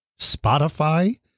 Spotify